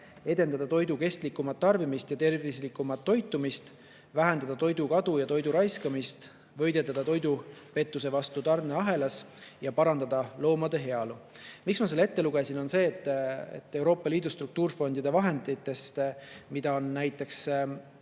edendada toidu kestlikumat tarbimist ja tervislikumat toitumist, vähendada toidukadu ja toidu raiskamist, võidelda toidupettuste vastu tarneahelas ja parandada loomade heaolu. Ma lugesin selle ette selle pärast, et Euroopa Liidu struktuurifondide vahenditest on näiteks